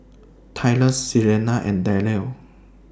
Tyrus Selena and Darell